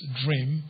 dream